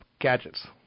gadgets